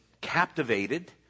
captivated